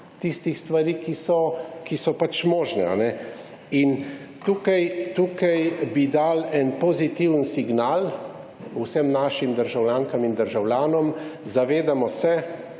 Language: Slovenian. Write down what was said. tistih stvari, ki so pač možne. In tukaj bi dali en pozitiven signal vsem našim državljankam in državljanom. Zavedamo se,